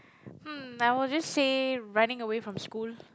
hmm I will just say running away from school